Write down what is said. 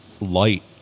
light